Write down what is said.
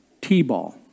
T-Ball